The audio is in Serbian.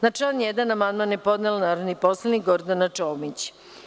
Na član 1. amandman je podneo narodni poslanik Gordana Čomić.